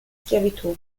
schiavitù